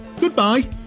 Goodbye